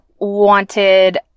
wanted